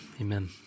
amen